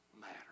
matter